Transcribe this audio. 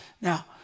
Now